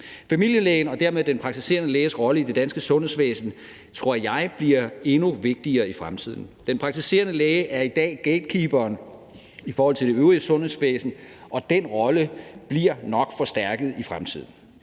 Familielægen og dermed den praktiserende læges rolle i det danske sundhedsvæsen tror jeg bliver endnu vigtigere i fremtiden. Den praktiserende læge er i dag gatekeeperen i forhold til det øvrige sundhedsvæsen, og den rolle bliver nok forstærket i fremtiden.